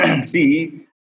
See